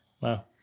wow